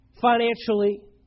financially